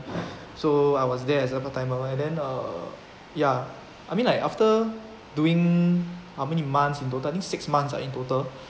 so I was there as a part timer and then uh ya I mean like after doing how many months in total I think six months ah in total